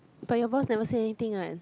but your boss never say anything [one]